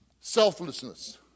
Selflessness